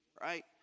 right